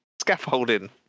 scaffolding